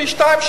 פי שניים,